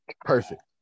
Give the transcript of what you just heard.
Perfect